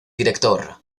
director